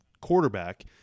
quarterback